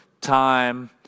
time